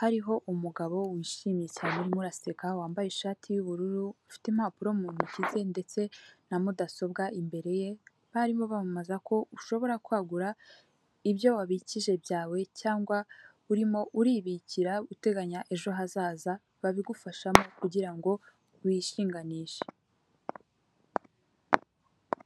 hariho umugabo wishimye cyane urimo uraseka, wambaye ishati y'ubururu, ufite impapuro mu ntoki ze, ndetse na mudasobwa imbere ye barimo bamamaza ko ushobora kwagura ibyo wabikije byawe cyangwa urimo uribikira uteganya ejo hazaza babigufashamo kugira ngo wishinganishe.